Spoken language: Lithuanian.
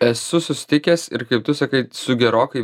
esu susitikęs ir kaip tu sakai su gerokai